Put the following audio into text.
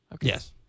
Yes